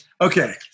Okay